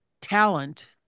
talent